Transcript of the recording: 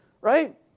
Right